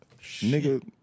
Nigga